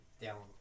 down